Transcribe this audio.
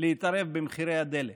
להתערב במחירי הדלק,